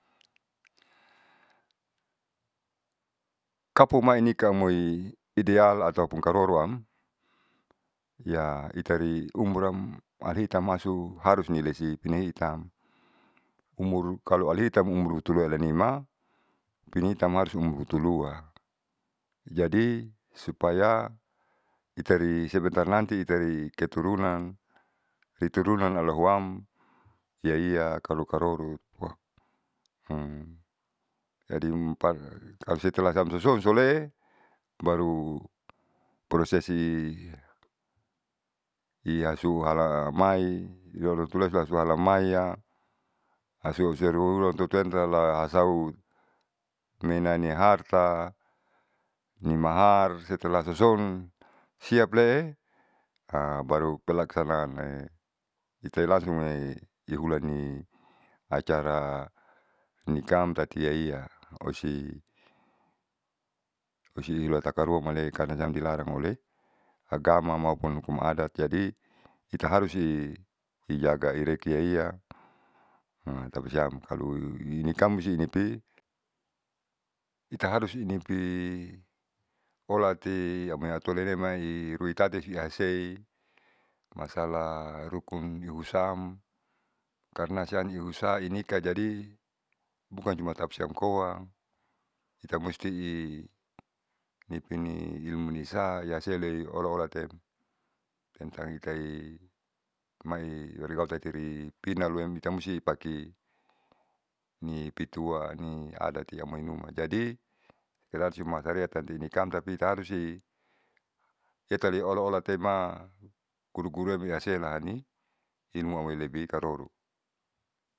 Kapumai nikaamoi ideal ataupun karoroam ya itari umuram alihitan masu harusnilesi pinahiitam umur kalo alahiitam umur hutuluaelanima pinahiitam harus umur hutulua. Jadi supaya itari sebentar nanti itari keturunan keturunan alahuam iyaiya kalo karoro jadi par amsoson sole, baru prosesi iasuhalamai isulaesahalamaia lasuruanruanlahasau mengenal niharta, nimahar setalah lahasausou siaple baru pelaksanaan itai langsung ihulani acara nikam tati iyaiya osi osihulatakaruang male'e karena di larang oleh agama maupun hukum adat jadi itaharus ijaga irekeiyaiya hum tapasiam kalo di kampung sini ita harus inipi olati ataoliemai iruitati ihasei masalah rukumniusam karnaihusainika jadi bukan cuma tapasiam koa ita musti i nipinilimulinisa yasele olaola tem siam tentang itai mai rihai tati ripinaluem ita musti pake nipitua niadati amoinuma jadi sera cuma sareat tati nikam tati itaharus i itai olaolatema guguram laseahalani imuihamoi lebih karoro.